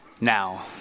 Now